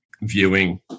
viewing –